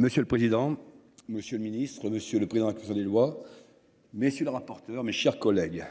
Monsieur le président, Monsieur le Ministre, Monsieur le Président. La commission des lois. Messieurs les rapporteurs, mes chers collègues.--